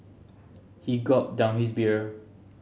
he gulped down his beer